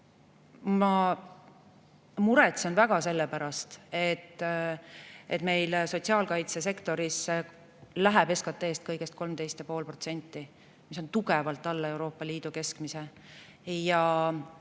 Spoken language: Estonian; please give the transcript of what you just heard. Ma muretsen väga selle pärast, et meil läheb sotsiaalkaitsesektorisse SKT-st kõigest 13,5%, mis on tugevalt alla Euroopa Liidu keskmise.